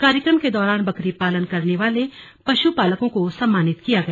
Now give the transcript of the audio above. कार्यक्रम के दौरान बकरी पालन करने वाले पशुपालकों को सम्मानित किया गया